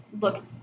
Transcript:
look